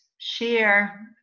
share